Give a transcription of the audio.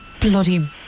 bloody